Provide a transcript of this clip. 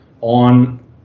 on